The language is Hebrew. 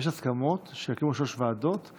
יש הסכמות שיקימו שלוש ועדות.